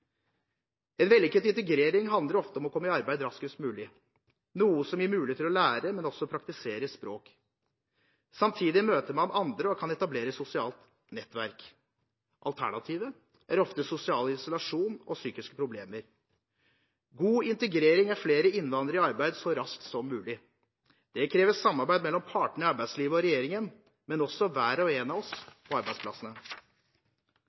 En vellykket integrering handler ofte om å komme i arbeid raskest mulig, noe som gir mulighet til å lære, men også å praktisere språk. Samtidig møter man andre og kan etablere sosiale nettverk. Alternativet er ofte sosial isolasjon og psykiske problemer. God integrering er flere innvandrere i arbeid så raskt som mulig. Det krever samarbeid mellom partene i arbeidslivet og regjeringen, men også hver og en av